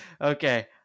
Okay